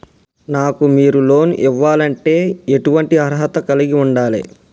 నాకు మీరు లోన్ ఇవ్వాలంటే ఎటువంటి అర్హత కలిగి వుండాలే?